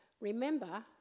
remember